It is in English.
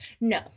No